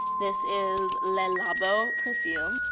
this is le labo perfume.